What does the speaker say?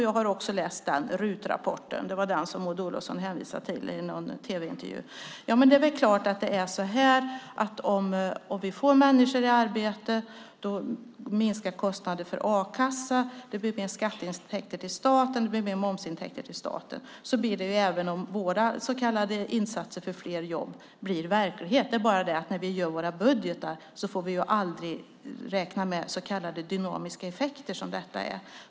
Jag har också läst den RUT-rapporten - det var den som Maud Olofsson hänvisade till i någon tv-intervju. Det är väl klart att om vi får människor i arbete minskar kostnaderna för a-kassa och blir det mer skatteintäkter och mer momsintäkter till staten. Så blir det även om våra insatser för fler jobb blir verklighet. Det är bara det att när vi gör våra budgetar får vi aldrig räkna med så kallade dynamiska effekter, som detta är.